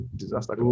disaster